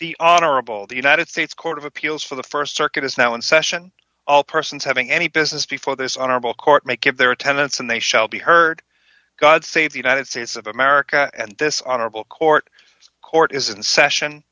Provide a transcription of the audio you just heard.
the honorable the united states court of appeals for the st circuit is now in session all persons having any business before this honorable court make it their attendance and they shall be heard god save the united states of america at this honorable court court is in session